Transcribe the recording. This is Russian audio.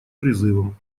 призывам